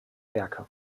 werke